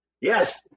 Yes